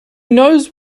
knows